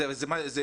זה בדיוק מה שחשוב.